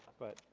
but,